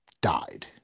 died